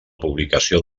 publicació